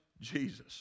Jesus